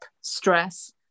stress